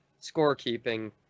scorekeeping